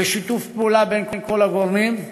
בשיתוף פעולה בין כל הגורמים,